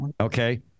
Okay